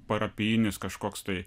parapijinis kažkoks tai